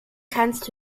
kannst